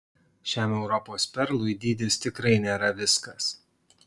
šiam europos perlui dydis tikrai nėra viskas